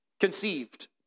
conceived